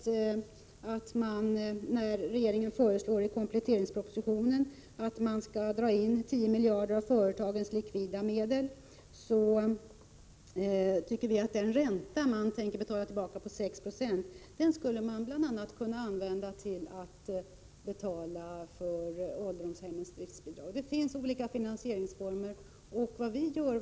Regeringen föreslår i kompletteringspropositionen att staten skall dra in 10 miljarder av företagens likvida medel. Vi anser att den ränta på 6 6 som man avser att betala skulle kunna användas bl.a. till driftsbidrag till ålderdomshemmen. Det finns alltså olika finansieringsformer.